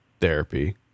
therapy